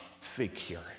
figure